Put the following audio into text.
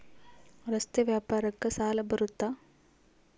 ರಸ್ತೆ ವ್ಯಾಪಾರಕ್ಕ ಸಾಲ ಬರುತ್ತಾ?